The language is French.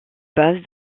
bases